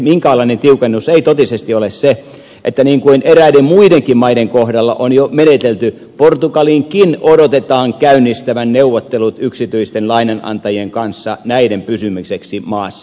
minkäänlainen tiukennus ei totisesti ole se että niin kuin eräiden muidenkin maiden kohdalla on jo menetelty portugalinkin odotetaan käynnistävän neuvottelut yksityisten lainanantajien kanssa näiden pysymiseksi maassa